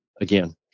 again